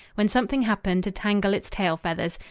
when something happened to tangle its tail feathers,